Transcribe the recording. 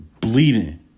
Bleeding